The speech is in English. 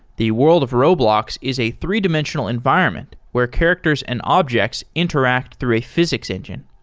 the world of roblox is a three-dimensional environment where characters and objects interact through a physics engine.